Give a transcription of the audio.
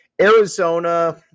Arizona